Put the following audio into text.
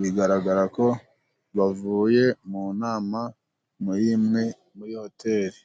Bigaragara ko bavuye mu nama muri imwe muri hoteli.